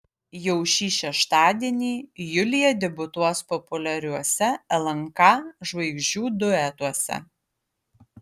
jau šį šeštadienį julija debiutuos populiariuose lnk žvaigždžių duetuose